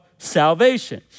Salvation